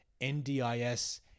NDIS